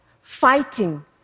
fighting